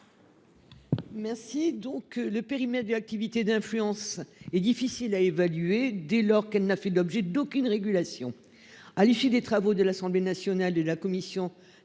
Merci donc le périmètre des activités d'influence est difficile à évaluer dès lors qu'elle n'a fait l'objet d'aucune régulation à l'issue des travaux de l'Assemblée nationale, de la commission des